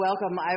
welcome